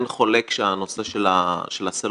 לי היה אכפת מאוד מכביש 1. זה כביש שכבר נקרא מודרני,